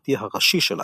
התעשייתי הראשי של אייזנך.